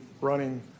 running